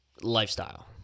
Lifestyle